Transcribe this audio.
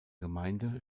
gemeinde